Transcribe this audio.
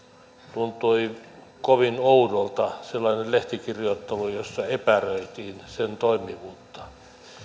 tuntui kovin oudolta sellainen lehtikirjoittelu jossa epäröitiin sen toimivuutta